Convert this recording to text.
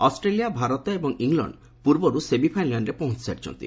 Australia Bharat ଏବଂ England ପୂର୍ବରୁ ସେମିଫାଇନାଲରେ ପହଞ୍ଚସାରିଛନ୍ତି